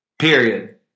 period